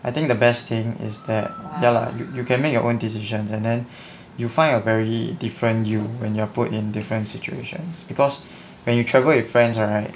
I think the best is that ya lah you can make your own decisions and then you'll find a very different you when you're put in different situations because when you travel with friends right